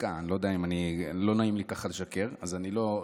לא נעים ככה לשקר, אז אני לא אקריא את זה.